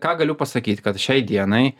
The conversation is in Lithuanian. ką galiu pasakyt kad šiai dienai